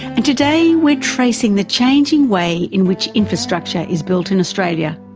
and today we're tracing the changing way in which infrastructure is built in australia.